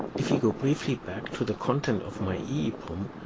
if we go briefly back to the content of my eeprom,